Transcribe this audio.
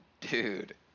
dude